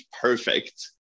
perfect